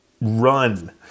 run